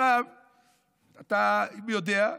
אתה יודע,